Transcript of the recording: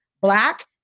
black